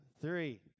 three